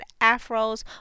afros